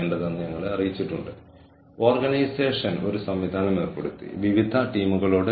തന്ത്രപരമായ human resource മാനേജ്മെന്റിന്റെ മറ്റൊരു ഉത്തരവാദിത്തം ബിഹേവിയർ മാനേജ്മെന്റ് ആണ്